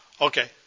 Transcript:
Okay